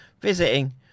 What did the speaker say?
visiting